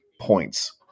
points